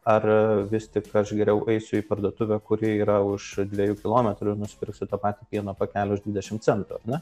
ar vis tik aš geriau eisiu į parduotuvę kuri yra už dviejų kilometrų ir nusipirksi tą patį pieno pakelį už dvidešim centų ar ne